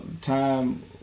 time